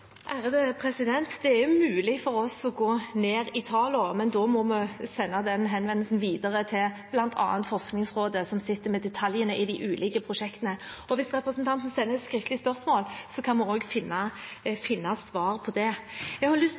Det er jo mulig for oss å gå ned i tallene, men da må vi sende den henvendelsen videre til bl.a. Forskningsrådet, som sitter med detaljene i de ulike prosjektene. Hvis representanten Sandberg sender et skriftlig spørsmål, kan vi finne svar på det. Jeg har lyst